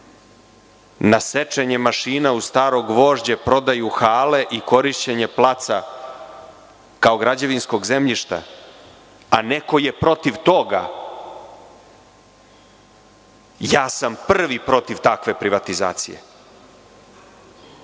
na sečenje mašina u staro gvožđe, prodaju hale i korišćenje placa kao građevinskog zemljišta, a neko je protiv toga, ja sam prvi protiv takve privatizacije,